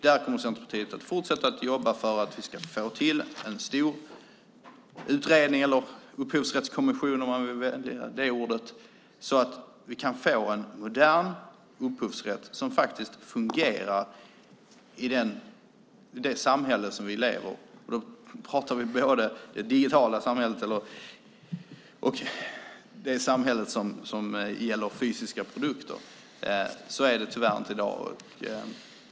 Där kommer Centerpartiet att fortsätta att jobba för att vi ska få till en stor utredning eller upphovsrättskommission, om vi väljer det ordet, så att vi kan få en modern upphovsrätt som fungerar i det samhälle som vi lever i. Då pratar vi om både det digitala samhället och det samhälle som gäller fysiska produkter. Så är det tyvärr inte i dag.